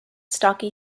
stocky